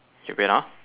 K wait ah